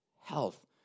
health